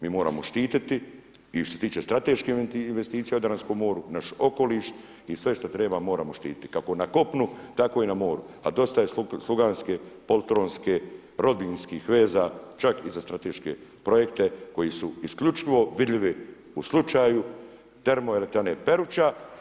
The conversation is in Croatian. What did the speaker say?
Mi moramo štititi i što se tiče strateške investicije u Jadranskom moru, naš okoliš i sve što treba moramo štititi kako na kopnu, tako i na moru a dosta je sluganske poltronske rodbinskih veza čak i za strateške projekte koji su isključivo vidljivi u slučaju termoelektrane Peruča.